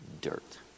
dirt